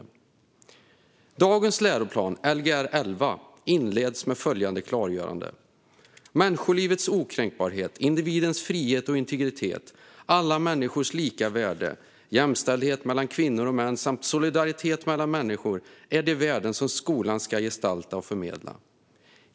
I inledningen till dagens läroplan, Lgr 11, står följande klargörande: "Människolivets okränkbarhet, individens frihet och integritet, alla människors lika värde, jämställdhet mellan kvinnor och män samt solidaritet mellan människor är de värden som skolan ska gestalta och förmedla.